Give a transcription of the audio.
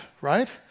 right